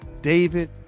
David